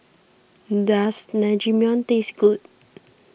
does Naengmyeon taste good